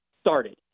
started